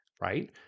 right